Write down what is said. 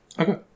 Okay